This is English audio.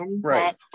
right